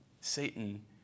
Satan